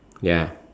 ya